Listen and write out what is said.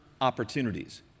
opportunities